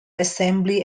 assembly